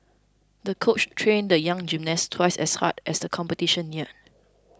the coach trained the young gymnast twice as hard as the competition neared